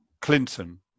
clinton